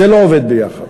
זה לא עובד ביחד.